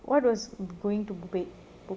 what was going to bed